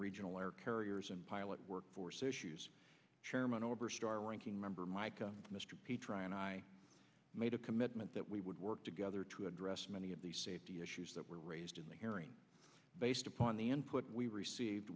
regional air carriers and pilot workforce issues chairman oberstar ranking member mike mr p try and i made a commitment that we would work together to address many of the safety issues that were raised in the hearing based upon the input we were sieved